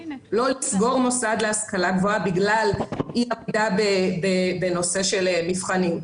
לא לסגור מוסד להשכלה גבוהה בגלל אי עמידה בנושא של מבחנים.